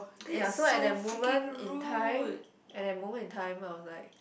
ya so at that moment in time at that moment in time